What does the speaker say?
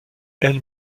elle